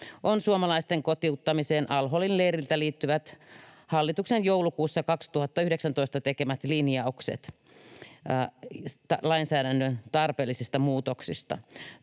ovat suomalaisten kotiuttamiseen al-Holin leiriltä liittyvät, hallituksen joulukuussa 2019 tekemät linjaukset lainsäädännön tarpeellisista muutoksista.